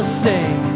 sing